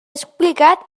explicat